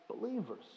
believers